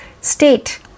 state